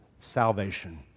salvation